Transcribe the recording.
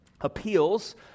appeals